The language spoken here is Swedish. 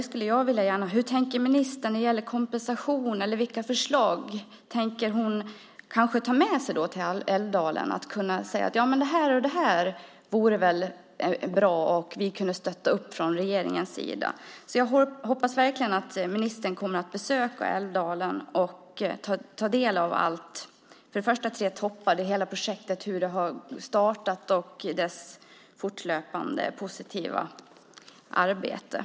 Hur tänker ministern när det gäller kompensation? Vilka förslag tänker hon ta med sig till Älvdalen? Det vore bra om hon kunde säga: Ja, men det här och det här vore bra - det kan vi i regeringen stötta. Jag hoppas verkligen att ministern kommer att besöka Älvdalen och ta del av allt, framför allt Tre toppar och dess fortlöpande positiva arbete.